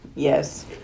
Yes